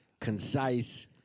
concise